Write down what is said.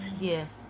Yes